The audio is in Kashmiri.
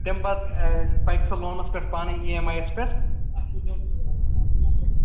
تَمہِ پَتہٕ پَکہِ سُہ لونس پٮ۪ٹھ پانے ایی ایم آی یَس پٮ۪ٹھ